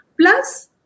Plus